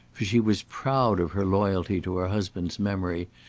for she was proud of her loyalty to her husband's memory,